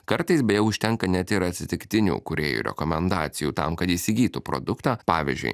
kartais beje užtenka net ir atsitiktinių kūrėjų rekomendacijų tam kad įsigytų produktą pavyzdžiui